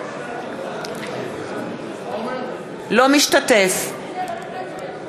אינו משתתף בהצבעה